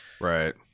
right